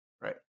Right